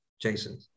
Jason